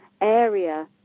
area